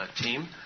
team